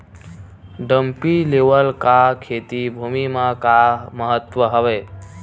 Dumpy level का खेती भुमि म का महत्व हावे?